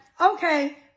okay